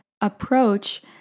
approach